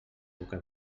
boca